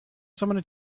someone